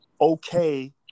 okay